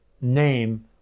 name